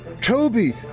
Toby